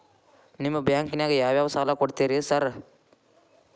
ನಿಮ್ಮ ಬ್ಯಾಂಕಿನಾಗ ಯಾವ್ಯಾವ ಸಾಲ ಕೊಡ್ತೇರಿ ಸಾರ್?